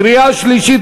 קריאה שלישית,